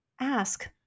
ask